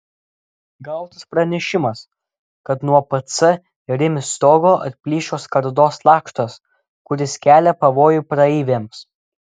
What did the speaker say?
gautas pranešimas kad nuo pc rimi stogo atplyšo skardos lakštas kuris kelia pavojų praeiviams